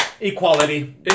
Equality